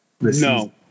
No